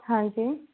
हाँ जी